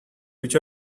which